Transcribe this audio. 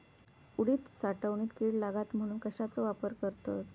उडीद साठवणीत कीड लागात म्हणून कश्याचो वापर करतत?